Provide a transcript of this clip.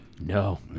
No